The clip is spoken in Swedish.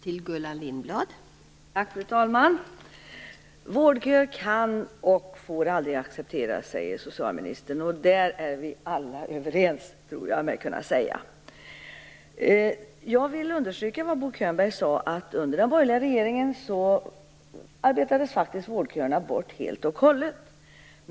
Fru talman! Vårdköer kan och får aldrig accepteras, säger socialministern. Där är vi alla överens - det tror jag mig kunna säga. Jag vill understryka vad Bo Könberg sade, nämligen att under den borgerliga regeringen arbetades vårdköerna bort helt och hållet.